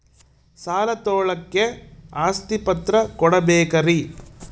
ಸಾಲ ತೋಳಕ್ಕೆ ಆಸ್ತಿ ಪತ್ರ ಕೊಡಬೇಕರಿ?